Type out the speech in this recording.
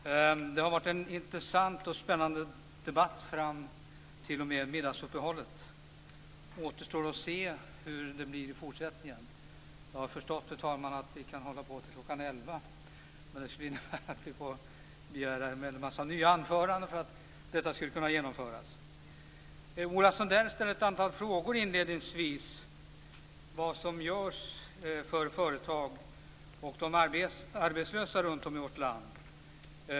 Fru talman! Det har varit en intressant och spännande debatt fram till middagsuppehållet. Det återstår att se hur det blir i fortsättningen. Jag har förstått, fru talman, att vi kan hålla på till kl. 23. Men det skulle innebära att vi får begära en väldig massa nya anföranden för att detta skulle kunna genomföras. Ola Sundell ställde ett antal frågor inledningsvis om vad som görs för företag och de arbetslösa runt om i vårt land.